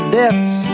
deaths